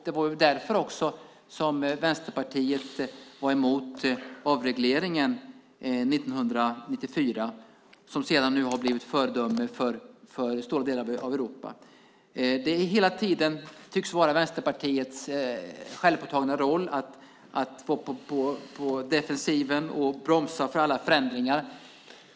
Det var också därför Vänsterpartiet var emot avregleringen 1994, som nu har blivit ett föredöme för en stor del av Europa. Det tycks hela tiden vara Vänsterpartiets självpåtagna roll att vara på defensiven och bromsa alla förändringar.